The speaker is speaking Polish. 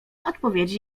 odpowiedzi